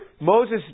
Moses